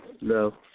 no